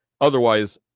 Otherwise